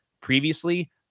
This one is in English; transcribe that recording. previously